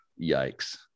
Yikes